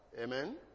Amen